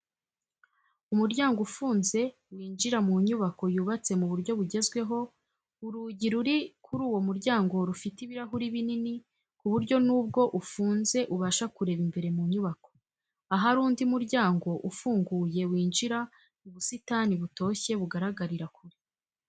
Umuryango ufunze winjira mu nyubako yubatse mu buryo bugezweho, urugi ruri kuri uwo muryango rufite ibirahuri binini ku buryo nubwo ufunze ubasha kureba imbere mu nyubako, ahari undi muryango ufunguye winjira mu busitani butoshye bugaragarira kure.